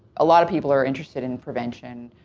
a lot of people are interested in prevention,